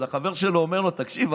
אז החבר שלו אומר לו: תקשיב,